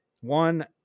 one